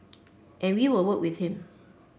and we will work with him